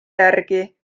järgi